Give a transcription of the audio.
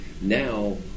now